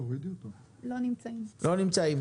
לא נמצאים.